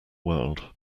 world